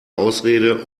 ausrede